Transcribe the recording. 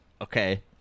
okay